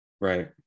right